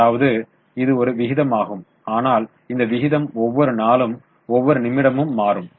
அதாவது இது ஒரு விகிதமாகும் ஆனால் இந்த விகிதம் ஒவ்வொரு நாளும் ஒவ்வொரு நிமிடமும் மாறும்